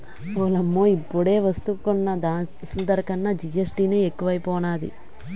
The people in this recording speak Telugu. ఓలమ్మో ఇప్పుడేవస్తువు కొన్నా దాని అసలు ధర కన్నా జీఎస్టీ నే ఎక్కువైపోనాది